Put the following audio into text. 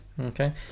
Okay